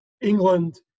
England